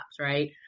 right